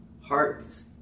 Hearts